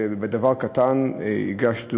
בדבר קטן: הגשנו,